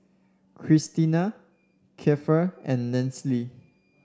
Krystina Kiefer and Lesley